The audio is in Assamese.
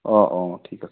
অঁ অঁ ঠিক আছে